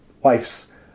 wife's